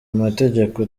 mategeko